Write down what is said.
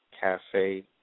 Cafe